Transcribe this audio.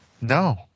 No